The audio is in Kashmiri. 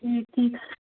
ٹھیٖک ٹھیٖک